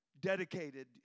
dedicated